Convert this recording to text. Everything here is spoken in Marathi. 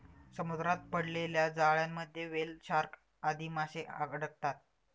समुद्रात पडलेल्या जाळ्यांमध्ये व्हेल, शार्क आदी माशे अडकतात